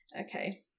Okay